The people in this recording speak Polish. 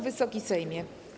Wysoki Sejmie!